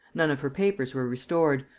none of her papers were restored,